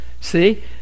See